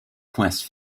quest